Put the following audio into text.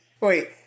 Wait